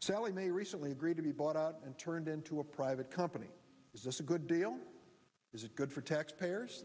selling they recently agreed to be bought out and turned into a private company is this a good deal is it good for taxpayers